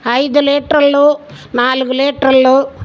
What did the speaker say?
ఐదు లీటర్లు నాలుగు లీటర్లు